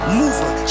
mover